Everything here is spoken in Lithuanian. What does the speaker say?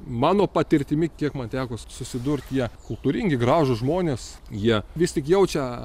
mano patirtimi kiek man teko susidurt jie kultūringi gražūs žmonės jie vis tik jaučia